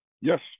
Yes